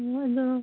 ꯎꯝ